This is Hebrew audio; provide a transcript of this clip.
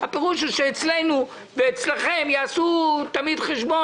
הפירוש הוא שאצלנו ואצלכם יעשו תמיד חשבון